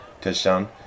touchdown